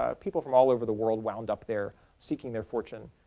ah people from all over the world wound up there seeking their fortune.